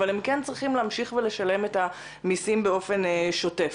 אבל הם כן צריכים להמשיך ולשלם את המיסים באופן שוטף.